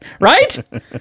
Right